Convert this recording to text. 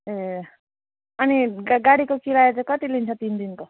ए अनि गा गाडीको किराया चाहिँ कति लिन्छौँ तिन दिनको